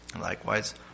Likewise